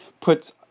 puts